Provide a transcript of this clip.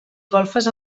golfes